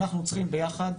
אנחנו צריכים ביחד,